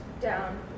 down